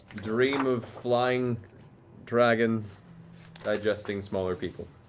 dream of flying dragons digesting smaller people.